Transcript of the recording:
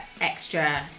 extra